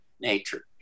nature